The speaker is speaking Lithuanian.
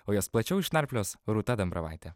o jas plačiau išnarplios rūta dambravaitė